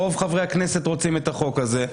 רוב חברי הכנסת רוצים את החוק הזה.